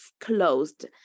closed